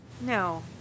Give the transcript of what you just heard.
No